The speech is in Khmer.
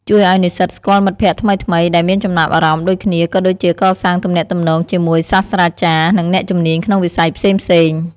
ជួយឱ្យនិស្សិតស្គាល់មិត្តភក្តិថ្មីៗដែលមានចំណាប់អារម្មណ៍ដូចគ្នា ក៏ដូចជាកសាងទំនាក់ទំនងជាមួយសាស្ត្រាចារ្យ និងអ្នកជំនាញក្នុងវិស័យផ្សេងៗ។